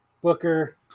Booker